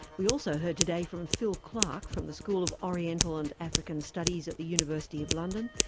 we also heard today from phil clark from the school of oriental and african studies, at the university of london,